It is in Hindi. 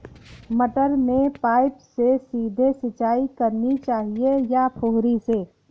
मटर में पाइप से सीधे सिंचाई करनी चाहिए या फुहरी से?